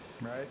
Right